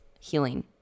healing